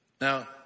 Now